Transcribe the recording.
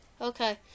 Okay